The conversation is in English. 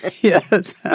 yes